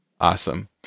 Awesome